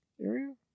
area